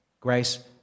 grace